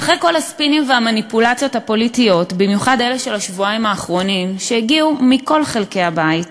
והתוצאות לא מאחרות לבוא.